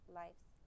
lives